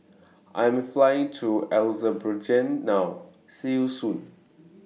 I Am Flying to Azerbaijan now See YOU Soon